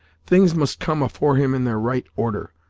things must come afore him in their right order,